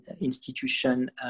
institution